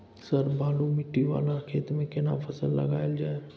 Sir बालू माटी वाला खेत में केना फसल लगायल जाय?